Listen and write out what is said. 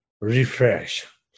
refresh